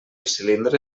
cilindre